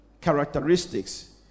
characteristics